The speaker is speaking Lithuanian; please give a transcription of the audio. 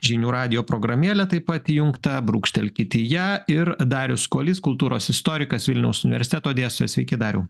žinių radijo programėlė taip pat įjungta brūkštelkit į ją ir darius kuolys kultūros istorikas vilniaus universiteto dėstytojas sveiki dariau